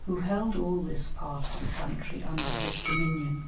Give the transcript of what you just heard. who held all this part of the country under his dominion.